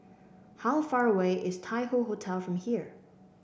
how far away is Tai Hoe Hotel from here